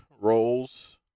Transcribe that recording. roles